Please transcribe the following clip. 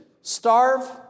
Starve